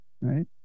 Right